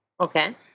Okay